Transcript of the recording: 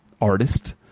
artist